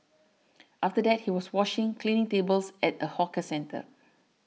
after that he was washing cleaning tables at a hawker centre